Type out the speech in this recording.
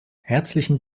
herzlichen